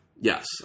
Yes